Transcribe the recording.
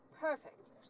Perfect